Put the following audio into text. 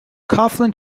coughlin